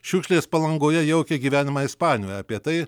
šiukšlės palangoje jaukė gyvenimą ispanijoje apie tai